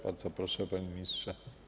Bardzo proszę, panie ministrze.